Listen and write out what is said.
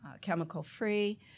chemical-free